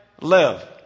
live